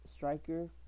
striker